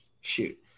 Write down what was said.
shoot